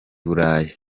burayi